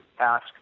ask